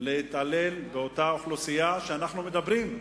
כבר להתעלל באותה אוכלוסייה שאנחנו מדברים עליה.